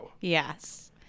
Yes